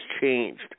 changed